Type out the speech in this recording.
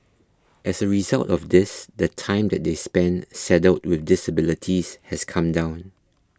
as a result of this the time that they spend saddled with disabilities has come down